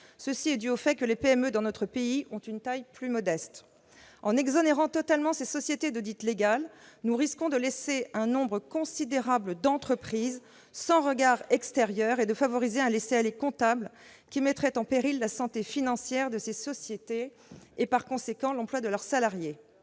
que l'Allemagne. Les PME dans notre pays ont en effet une taille plus modeste. En exonérant totalement ces sociétés d'audit légal, nous risquons de laisser un nombre considérable d'entreprises sans regard extérieur et de favoriser ainsi un laisser-aller comptable, qui mettrait en péril la santé financière de ces sociétés et, par conséquent, l'emploi de leurs salariés.